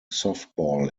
softball